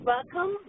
Welcome